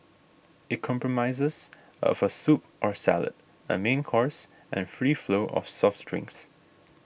it comprises of a soup or salad a main course and free flow of soft drinks